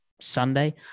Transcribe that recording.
Sunday